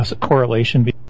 correlation